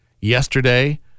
yesterday